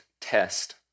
test